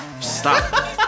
Stop